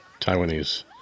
Taiwanese